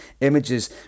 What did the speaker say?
images